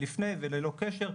לפני וללא קשר,